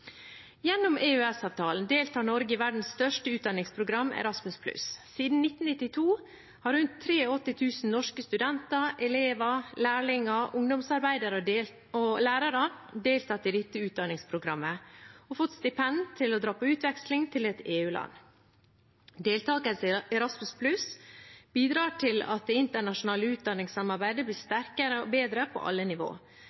Gjennom EØS-avtalen deltar Norge i verdens største utdanningsprogram, Erasmus+. Siden 1992 har rundt 83 000 norske studenter, elever, lærlinger, ungdomsarbeidere og lærere deltatt i dette utdanningsprogrammet og fått stipend til å dra på utveksling til et EU-land. Deltakelse i Erasmus+ bidrar til at det internasjonale utdanningssamarbeidet blir